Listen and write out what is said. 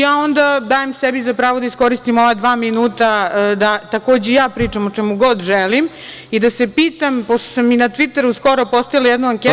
Ja onda dajem sebi za pravo da iskoristim ova dva minuta, da takođe i ja pričam o čemu god želim i da se pitam, pošto sam i na „tviteru“, skoro postavila jednu anketu…